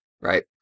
Right